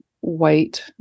white